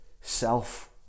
self